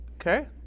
okay